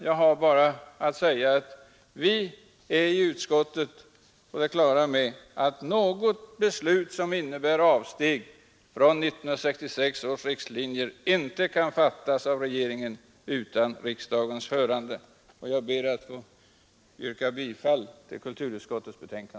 Jag har bara att säga att vi i utskottet är på det klara med att något beslut som innebär avsteg från 1966 års riktlinjer inte kan fattas av regeringen utan riksdagens hörande. Jag ber att få yrka bifall till kulturutskottets hemställan.